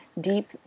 deep